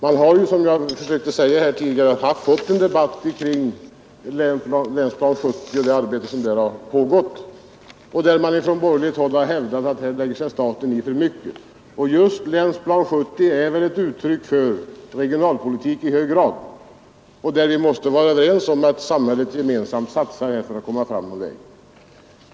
Man har ju, som jag försökte säga här tidigare, fått en debatt kring Länsplan 70 och det arbete som där har pågått. I den debatten har det från borgerligt håll hävdats att staten här lägger sig i för mycket. Just Länsplan 70 är väl i hög grad regionalpolitik, och ni måste vara överens om att samhället här gemensamt satsar för att komma fram.